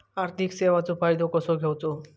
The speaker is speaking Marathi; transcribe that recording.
आर्थिक सेवाचो फायदो कसो घेवचो?